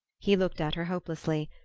he looked at her hopelessly.